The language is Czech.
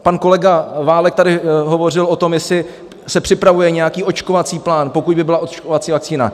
Pan kolega Válek tady hovořil o tom, jestli se připravuje nějaký očkovací plán, pokud by byla očkovací vakcína.